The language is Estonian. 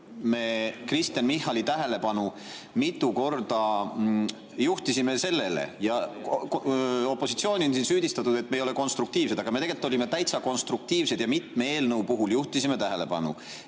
me Kristen Michali tähelepanu mitu korda juhtisime [järgmisele]. Opositsiooni on siin süüdistatud, et me ei ole konstruktiivsed, aga me tegelikult olime täitsa konstruktiivsed ja mitme eelnõu puhul juhtisime tähelepanu,